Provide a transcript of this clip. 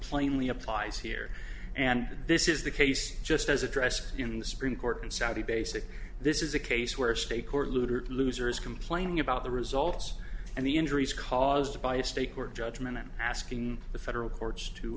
plainly applies here and this is the case just as addressed in the supreme court in saudi basic this is a case where a state court losers complaining about the results and the injuries caused by a state court judgment asking the federal courts to